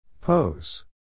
Pose